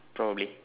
probably